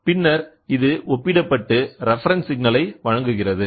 பின்னர் அது ஒப்பிடப்பட்டு ரெஃபரன்ஸ் சிக்னல் ஐ வழங்குகிறது